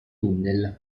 tunnel